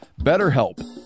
BetterHelp